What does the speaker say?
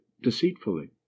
deceitfully